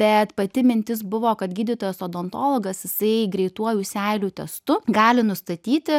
bet pati mintis buvo kad gydytojas odontologas jisai greituoju seilių testu gali nustatyti